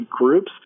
groups